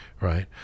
right